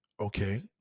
Okay